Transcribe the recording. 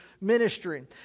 ministry